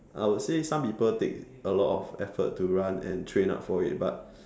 I would say some people take a lot of effort to run and train up for it but